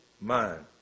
mind